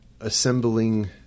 assembling